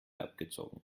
abgezogen